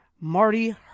Marty